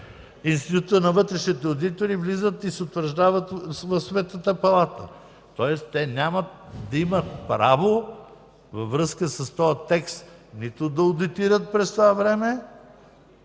Института на вътрешните одитори влизат и се утвърждават в Сметната палата. Тоест те нямат да имат право във връзка с този текст нито да одитират през това време,